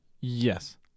Yes